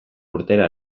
urtera